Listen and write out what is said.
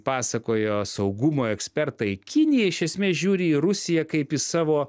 pasakojo saugumo ekspertai kinija iš esmės žiūri į rusiją kaip į savo